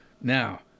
Now